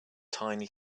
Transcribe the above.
tiny